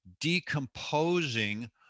decomposing